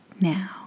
now